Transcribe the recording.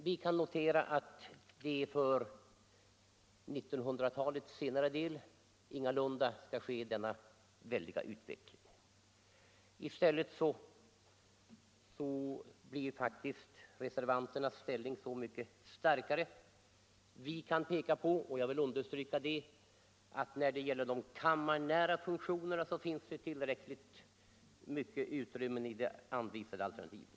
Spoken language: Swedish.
Vi kan notera att man ingalunda tänkt sig någon så väldig utveckling av antalet anställda i riksdagen under 1900-talets senare del. Därmed blir reservanternas ställning så mycket starkare. Vi kan peka på — jag vill understryka det — att i det anvisade alternativet finns tillräckligt mycket utrymme för de kammarnära funktionerna.